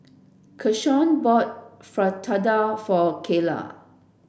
Keshaun bought Fritada for Cayla